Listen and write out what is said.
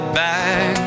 back